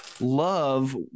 love